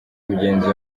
mugenzi